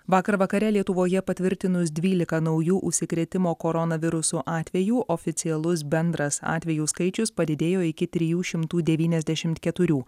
vakar vakare lietuvoje patvirtinus dvylika naujų užsikrėtimo koronavirusu atvejų oficialus bendras atvejų skaičius padidėjo iki trijų šimtų devyniasdešimt keturių